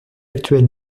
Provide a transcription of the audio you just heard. actuel